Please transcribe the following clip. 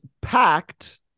packed